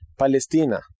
Palestina